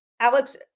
Alex